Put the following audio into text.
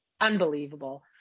unbelievable